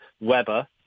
Weber